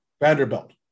Vanderbilt